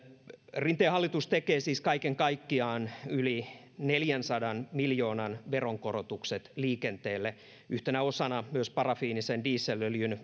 rinteen hallitus tekee siis kaiken kaikkiaan yli neljänsadan miljoonan veronkorotukset liikenteelle yhtenä osana myös parafiinisen dieselöljyn